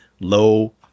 Low